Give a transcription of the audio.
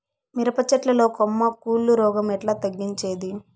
మిరప చెట్ల లో కొమ్మ కుళ్ళు రోగం ఎట్లా తగ్గించేది?